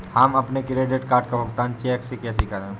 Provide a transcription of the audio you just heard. हम अपने credit card का भुगतान चेक से कैसे करें?